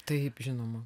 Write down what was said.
taip žinoma